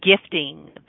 gifting